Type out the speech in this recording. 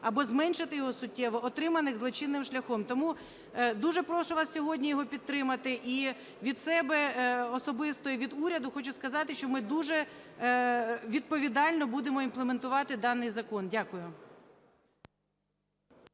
або зменшити його суттєво, отриманих злочинним шляхом. Тому дуже прошу вас сьогодні його підтримати. І від себе особисто, і від уряду хочу сказати, що ми дуже відповідально будемо імплементувати даний закон. Дякую.